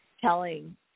telling